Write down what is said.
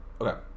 Okay